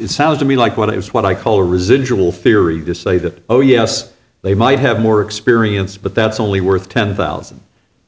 is sound to me like what is what i call residual theory to say that oh yes they might have more experience but that's only worth ten thousand